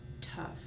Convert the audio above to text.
tough